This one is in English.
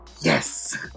Yes